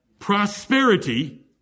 prosperity